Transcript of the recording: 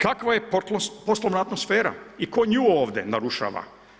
Kakva je poslovna atmosfera i tko nju ovdje narušava?